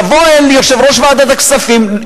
תבוא אל יושב-ראש ועדת הכספים,